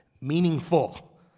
meaningful